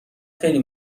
خیلی